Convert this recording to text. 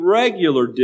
regular